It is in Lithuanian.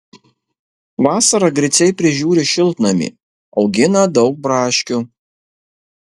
vasarą griciai prižiūri šiltnamį augina daug braškių